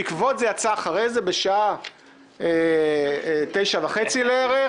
בעקבות זה יצא אחרי זה בשעה 21:30 לערך,